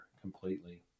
completely